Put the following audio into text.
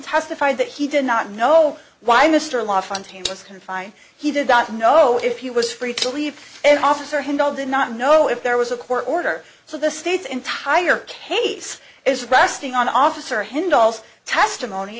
testified that he did not know why mr la fontaine was confined he did not know if you was free to leave and officer hendo did not know if there was a court order so the state's entire case is resting on officer handles testimony